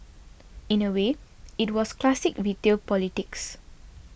in a way it was classic retail politics